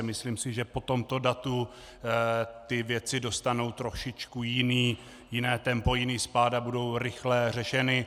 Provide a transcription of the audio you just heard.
Myslím si, že po tomto datu věci dostanou trošičku jiné tempo, jiný spád a budou rychle řešeny.